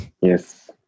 Yes